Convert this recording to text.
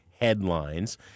Headlines